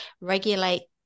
regulate